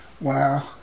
Wow